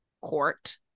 court